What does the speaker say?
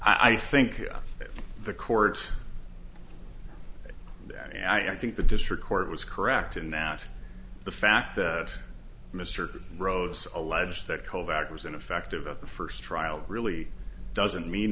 n i think that the court that i think the district court was correct in that the fact that mr rhodes allege that kovacs was ineffective at the first trial really doesn't mean